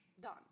done